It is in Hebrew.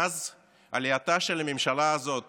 מאז עלייתה של הממשלה הזאת